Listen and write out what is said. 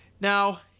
Now